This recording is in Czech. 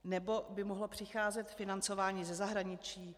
Nebo by mohlo přicházet financování ze zahraničí?